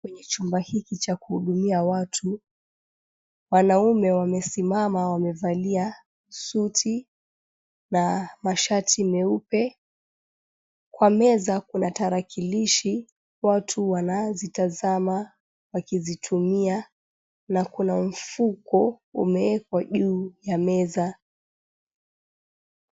Kwenye chumba hiki cha kuhudumia watu. Wanaume wamesimama wamevalia suti na mashati meupe. Kwa meza kuna tarakilishi, watu wanazitazama wakizitumia na kuna mfuko umeekwa juu ya meza.